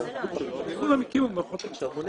כפי שאמרה גם חברת הכנסת כהן-פארן,